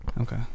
Okay